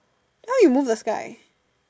how you move the sky